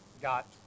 got